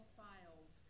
files